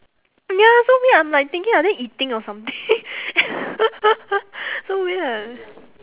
ya so weird I'm like thinking are they eating or something so weird